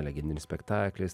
legendinis spektaklis